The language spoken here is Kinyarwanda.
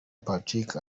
patrick